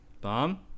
bomb